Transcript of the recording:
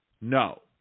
No